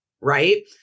right